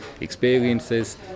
experiences